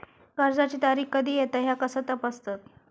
कर्जाची तारीख कधी येता ह्या कसा तपासतत?